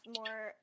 more